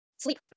Sleep